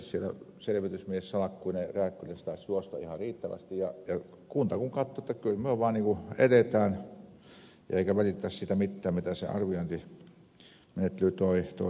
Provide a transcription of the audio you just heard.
siellä selvitysmies salkkuineen rääkkylässä taisi juosta ihan riittävästi ja kunta katsoo että kyllä myö vaan edetään eikä välitetä siitä mittään mitä se arviointimenettely toi tullessaan